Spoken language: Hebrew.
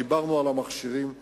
דיברנו על המכשירים הקיימים.